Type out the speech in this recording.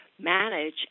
manage